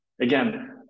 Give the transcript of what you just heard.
Again